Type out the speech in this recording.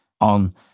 on